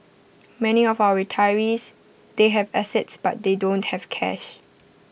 many of our retirees they have assets but they don't have cash